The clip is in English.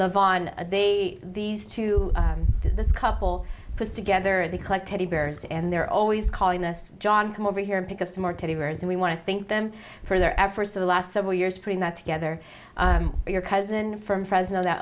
love on a day these two this couple put together the collect teddy bears and they're always calling us john come over here and pick up some more teddy bears and we want to thank them for their efforts for the last several years putting that together your cousin from fresno that